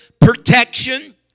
protection